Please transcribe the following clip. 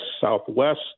Southwest